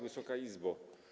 Wysoka Izbo!